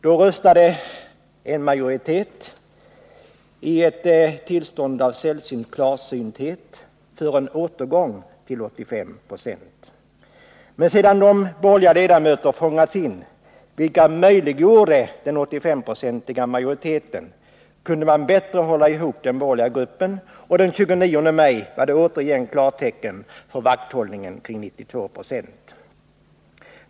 Då röstade en majoritet i ett tillstånd av sällsynt klarsynthet för en återgång till 85 26. Men sedan de borgerliga ledamöter fångats in som möjliggjorde en majoritet för 85 926 kunde man bättre hålla ihop den borgerliga gruppen, och den 29 maj var det återigen klartecken för vakthållningen kring 92 96.